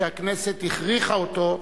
שהכנסת הכריחה אותו,